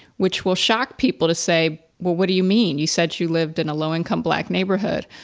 which will shock people to say, well, what do you mean, you said you lived in a low income black neighborhood?